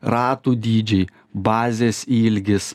ratų dydžiai bazės ilgis